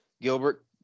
Gilbert